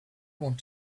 want